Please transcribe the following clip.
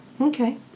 Okay